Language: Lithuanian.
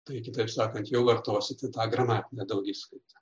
tai kitaip sakant jau vartosite tą gramatinę daugiskaitą